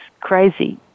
crazy